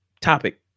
topic